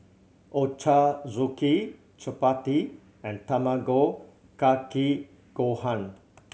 Ochazuke Chapati and Tamago Kake Gohan